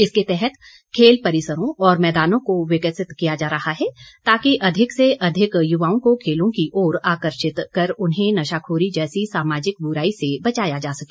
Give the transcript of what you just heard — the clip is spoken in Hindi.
इसके तहत खेल परिसरों और मैदानों को विकसित किया जा रहा है ताकि अधिक से अधिक युवाओं को खेलों की ओर आकर्षित कर उन्हें नशाखोरी जैसी सामाजिक बुराई से बचाया जा सके